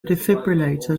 defibrillator